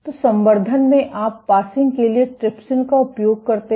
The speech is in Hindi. तो संवर्धन में आप पासिंग के लिए ट्रिप्सिन का उपयोग करते हैं